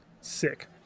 sick